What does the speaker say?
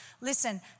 Listen